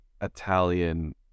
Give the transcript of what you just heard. Italian